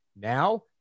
now